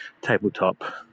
tabletop